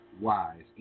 wise